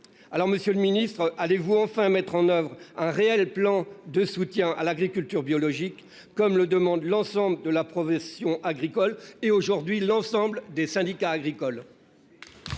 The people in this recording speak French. Alors Monsieur le Ministre, allez-vous enfin mettre en oeuvre un réel plan de soutien à l'agriculture biologique comme le demande l'ensemble de la profession agricole et aujourd'hui l'ensemble des syndicats agricoles.